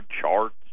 charts